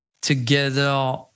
together